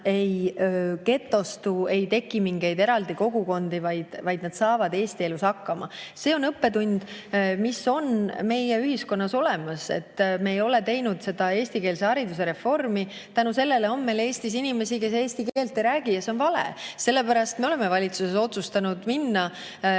ei getostu, ei teki mingeid eraldi kogukondi, vaid nad saavad Eesti elus hakkama. See on õppetund, mis on meie ühiskonnas olemas, et me ei ole teinud seda eestikeelse hariduse reformi. Sel põhjusel on meil Eestis inimesi, kes eesti keelt ei räägi, ja see on vale. Sellepärast me oleme valitsuses otsustanud minna üle